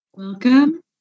Welcome